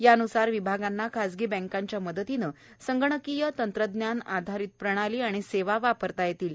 यानुसार विभागांना खासगी बँकांच्या मदतीनं संगणकीय तंत्रज्ञान आधारित प्रणाली आणि सेवा वापरता येणार आहेत